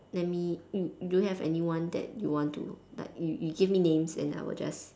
let me do~ do you have anyone that you want to like you you give me names and I will just